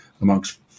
amongst